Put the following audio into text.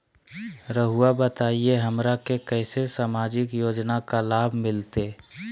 रहुआ बताइए हमरा के कैसे सामाजिक योजना का लाभ मिलते?